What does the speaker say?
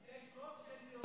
יש רוב של יהודים ביפו.